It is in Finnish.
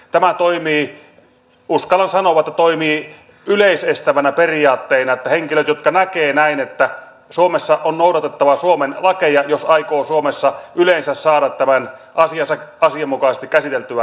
tämä toimii uskallan sanoa yleisestävänä periaatteena että henkilöt näkevät näin että suomessa on noudatettava suomen lakeja jos aikoo suomessa yleensä saada tämän asiansa asianmukaisesti käsiteltyä